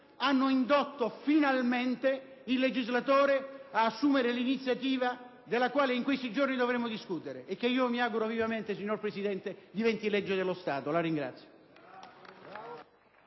hanno indotto finalmente il legislatore ad assumere l'iniziativa della quale in questi giorni dovremo discutere e che io mi auguro vivamente diventi legge dello Stato. *(Applausi